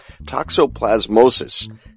Toxoplasmosis